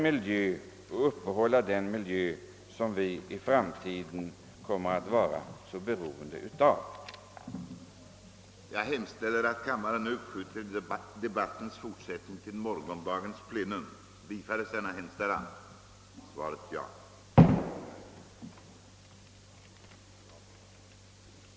Som tiden nu var långt framskriden beslöt kammaren på förslag av herr talmannen att uppskjuta den fortsatta överläggningen till morgondagens sammanträde.